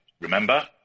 Remember